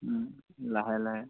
লাহে লাহে